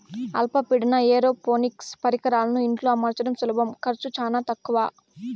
అల్ప పీడన ఏరోపోనిక్స్ పరికరాలను ఇంట్లో అమర్చడం సులభం ఖర్చు చానా తక్కవ